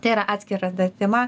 tai yra atskira dar tema